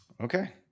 Okay